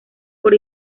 por